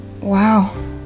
Wow